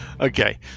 Okay